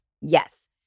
Yes